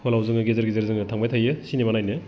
हलाव जोङो गेजेर गेजेर जोङो थांबाय थायो सिनेमा नायनो